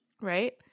right